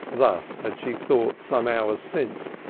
thus had she thought some hours since,